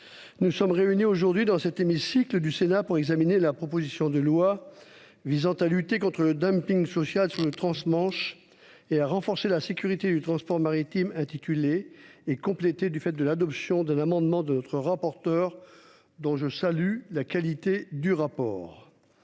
nous sommes réunis aujourd'hui au Sénat pour examiner la proposition de loi visant à lutter contre le dumping social sur le transmanche et à renforcer la sécurité du transport maritime, l'intitulé du texte ayant été complété à la suite de l'adoption de l'amendement de notre rapporteur, dont je salue la qualité du travail.